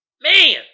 Man